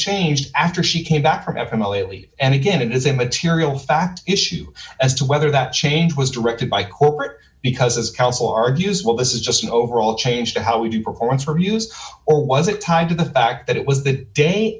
changed after she came back from f m a lately and again it is a material fact issue as to whether that change was directed by court because as counsel argues well this is just an overall change to how we do performance reviews or was it tied to the fact that it was the day